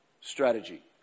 strategy